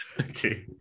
Okay